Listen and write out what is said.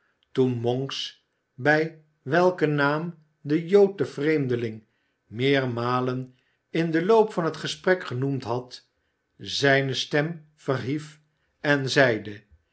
toen monks bij welken naam de jood den vreemdeling meermalen in den loop van het gesprek genoemd had zijne stem verhief en zeide